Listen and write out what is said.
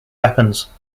weapons